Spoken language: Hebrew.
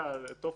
העניין,